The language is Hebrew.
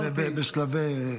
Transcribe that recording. זה בשלבי,